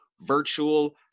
virtual